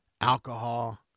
alcohol